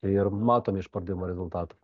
ir matome iš pardavimo rezultatų